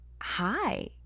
hi